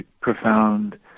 profound